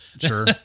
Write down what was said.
Sure